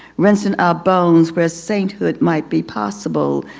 rinsing our bones where sainthood might be possible.